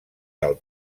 del